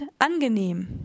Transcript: angenehm